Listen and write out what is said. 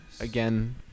again